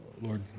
Lord